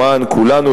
למען כולנו,